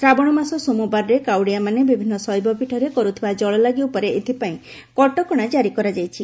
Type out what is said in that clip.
ଶ୍ରାବଣ ମାସ ସୋମବାରରେ କାଉଡ଼ିଆମାନେ ବିଭିନ୍ନ ଶୈବପୀଠରେ କରୁଥିବା ଜଳଲାଗି ଉପରେ ଏଥିପାଇଁ କଟକଣା ଜାରି କରାଯାଇଛି